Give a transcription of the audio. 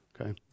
Okay